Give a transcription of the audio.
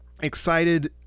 excited